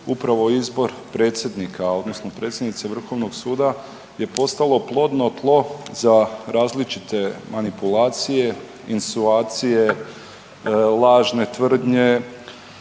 upravo izbor predsjednika odnosno predsjednice vrhovnog suda je postalo plodno tlo za različite manipulacije, insuacije, lažne tvrdnje,